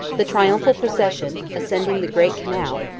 the triumphal procession, ascending the great canal,